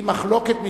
היא מחלוקת מתקיימת,